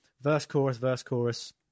verse-chorus-verse-chorus